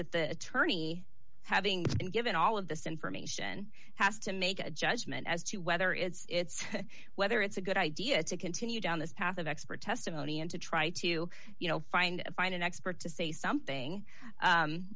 that the attorney having been given all of this information has to make a judgment as to whether it's whether it's a good idea to continue down this path of expert testimony and to try to you know find a find an expert to say something